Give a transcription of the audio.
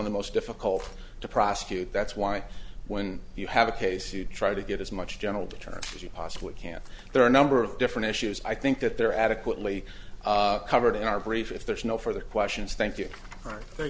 of the most difficult to prosecute that's why when you have a case you try to get as much general terms as you possibly can there are a number of different issues i think that they're adequately covered in our brief if there's no further questions thank you